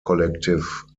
collective